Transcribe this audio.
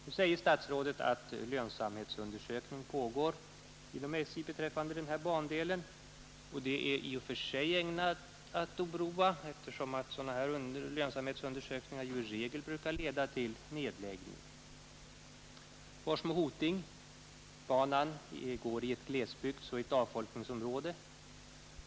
Nu säger statsrådet att en lönsamhetsundersökning pågår inom SJ beträffande den ifrågavarande bandelen. Detta är i och för sig ägnat att oroa, eftersom lönsamhetsundersökningar av detta slag hittills i regel brukat leda till nedläggning. Forsmo—Hoting-banan går i ett glesbygdsoch avfolkningsområde.